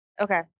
okay